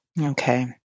okay